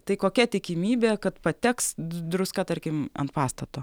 tai kokia tikimybė kad pateks druska tarkim ant pastato